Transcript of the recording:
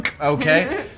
Okay